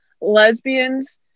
lesbians